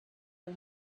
for